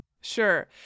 Sure